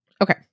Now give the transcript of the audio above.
Okay